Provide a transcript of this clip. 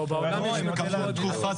לפחות תצהירו.